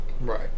Right